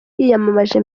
yiyamamaje